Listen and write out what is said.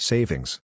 Savings